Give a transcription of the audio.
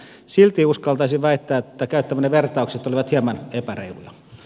silti uskaltaisin väittää että käyttämänne vertaukset olivat hieman epäreiluja